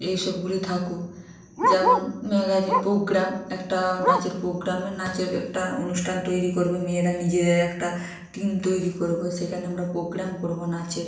এই সবগুলি থাকুক যেমন ম্যাগাজিন প্রোগ্রাম একটা নাচের প্রোগ্রামে নাচের একটা অনুষ্ঠান তৈরি করবে মেয়েরা নিজেদের একটা টিম তৈরি করব সেখানে আমরা প্রোগ্রাম করব নাচের